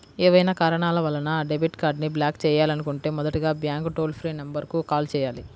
ఏవైనా కారణాల వలన డెబిట్ కార్డ్ని బ్లాక్ చేయాలనుకుంటే మొదటగా బ్యాంక్ టోల్ ఫ్రీ నెంబర్ కు కాల్ చేయాలి